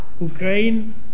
Ukraine